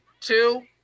Two